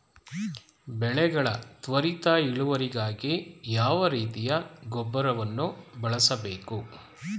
ಬೆಳೆಗಳ ತ್ವರಿತ ಇಳುವರಿಗಾಗಿ ಯಾವ ರೀತಿಯ ಗೊಬ್ಬರವನ್ನು ಬಳಸಬೇಕು?